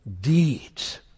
Deeds